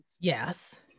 Yes